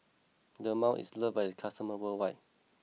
Dermale is loved by its customers worldwide